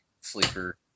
sleeper